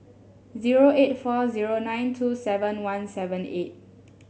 zero eight four zero nine two seven one seven eight